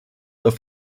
auf